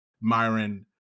Myron